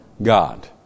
God